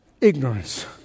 ignorance